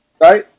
right